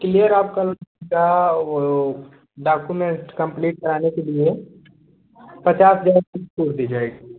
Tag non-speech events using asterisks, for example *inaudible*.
clear आपका *unintelligible* वो document complete कराने के लिए पचास हजार फीस छोड़ दी जाएगी